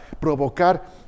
provocar